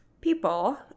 people